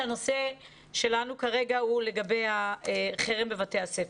הנושא שלנו כרגע הוא לגבי החרם בבתי הספר.